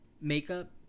makeup